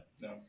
No